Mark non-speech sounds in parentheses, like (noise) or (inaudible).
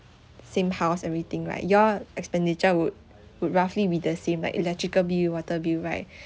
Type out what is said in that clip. same house everything right your expenditure would would roughly be the same like electrical bill water bill right (breath)